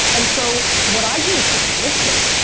and so, what i do is just listen.